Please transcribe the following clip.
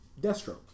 Deathstroke